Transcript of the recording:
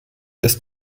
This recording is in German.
ist